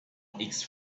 its